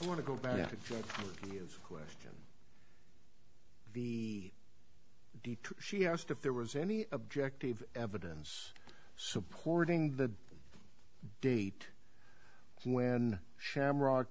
want to go back to you question the she asked if there was any objective evidence supporting the date when shamrock